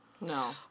No